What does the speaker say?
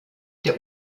der